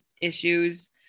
issues